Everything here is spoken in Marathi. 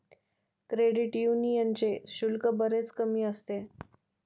क्रेडिट यूनियनचे शुल्क बरेच कमी असते